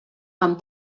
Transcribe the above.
amb